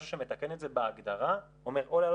משהו שמתקן את זה בהגדרה אומר או להעלות